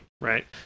right